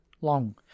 long